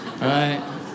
right